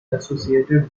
associated